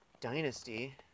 dynasty